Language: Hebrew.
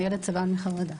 הילד סבל מחרדה.